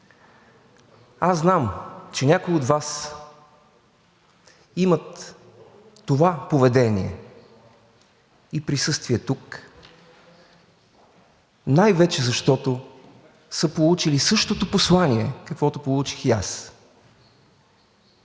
аз знам, че някои от Вас имат това поведение и присъствие тук най-вече защото са получили същото послание, каквото получих и аз.